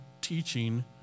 teaching